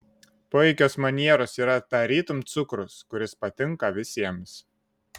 puikios manieros yra tarytum cukrus kuris patinka visiems